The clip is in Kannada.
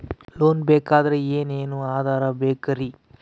ಲೋನ್ ಬೇಕಾದ್ರೆ ಏನೇನು ಆಧಾರ ಬೇಕರಿ?